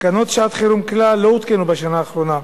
תקנות שעת-חירום כלל לא הותקנו בשנה האחרונה.